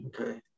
Okay